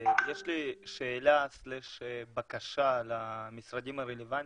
יש לי שאלה/בקשה למשרדים הרלוונטיים,